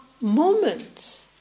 moments